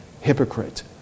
hypocrite